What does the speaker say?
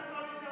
עמדת הקואליציה,